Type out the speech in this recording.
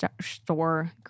store